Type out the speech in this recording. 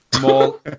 More